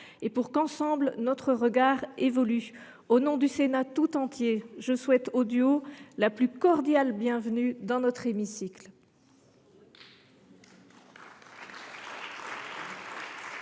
et pour que, ensemble, notre regard évolue. Au nom du Sénat tout entier, je souhaite aux duos la plus cordiale bienvenue dans notre hémicycle.